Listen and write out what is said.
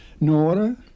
Nora